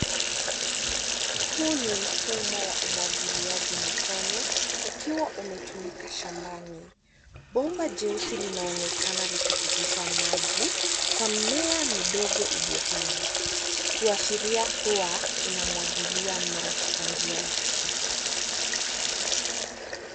Huu ni mfumo wa umwagiliaji matone ukiwa umetumika shambani. Bomba jeusi linaonekana likipitisha maji kwa mimea midogo iliyopandwa kushiria kuwa inamwagilia maji kwa njia ya kisasa.